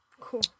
Cool